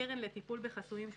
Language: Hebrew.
הקרן לטיפול בחסויים,